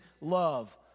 love